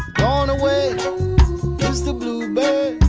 gone away is the bluebird.